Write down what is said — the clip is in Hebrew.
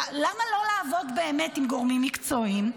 למה לא לעבוד באמת עם גורמים מקצועיים?